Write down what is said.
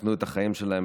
סיכנו את החיים שלהם,